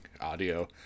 audio